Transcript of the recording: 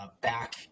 back